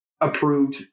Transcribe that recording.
approved